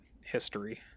history